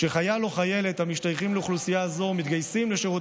כשחייל או חיילת המשתייכים לאוכלוסייה זו מתגייסים לשירות